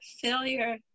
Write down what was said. failure